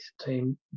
team